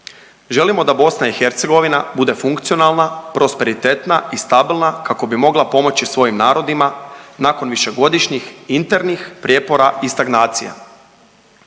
želimo da BiH bude funkcionalna, prosperitetna i stabilna kako bi mogla pomoći svojim narodima nakon višegodišnjih internih prijepora i stagnacija.